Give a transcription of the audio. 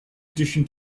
addition